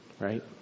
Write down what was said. Right